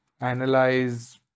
analyze